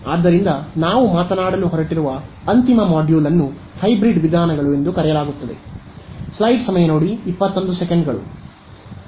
ಆದ್ದರಿಂದ ನಾವು ಮಾತನಾಡಲು ಹೊರಟಿರುವ ಅಂತಿಮ ಮಾಡ್ಯೂಲ್ ಅನ್ನು ಹೈಬ್ರಿಡ್ ವಿಧಾನಗಳು ಎಂದು ಕರೆಯಲಾಗುತ್ತದೆ